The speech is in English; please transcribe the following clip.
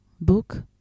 book